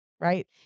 right